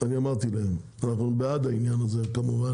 אני אמרתי לכם, אנחנו בעד העניין הזה, כמובן.